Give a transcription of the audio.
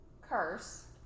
curse